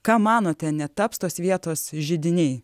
ką manote netaps tos vietos židiniai